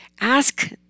Ask